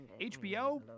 HBO